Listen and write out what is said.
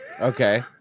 okay